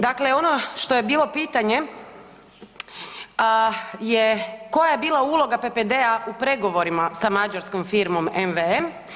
Dakle, ono što je bilo pitanje je koja je bila uloga PPD-a u pregovorima sa mađarskom firmom MVM?